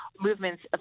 movements